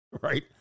Right